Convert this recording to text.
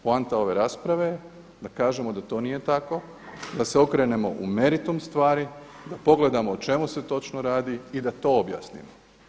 Poanta ove rasprave je da kažemo da to nije tako i da se okrenemo u meritum stvari, da pogledamo o čemu se točno radi i da to objasnimo.